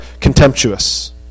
contemptuous